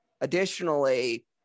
Additionally